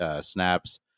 snaps